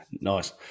Nice